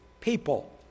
people